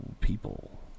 people